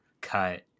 cut